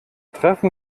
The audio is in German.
treffen